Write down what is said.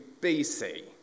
BC